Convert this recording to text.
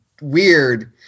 weird